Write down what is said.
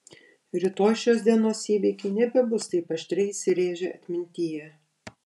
rytoj šios dienos įvykiai nebebus taip aštriai įsirėžę atmintyje